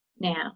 now